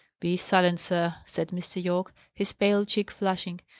be silent, sir, said mr. yorke, his pale cheek flushing.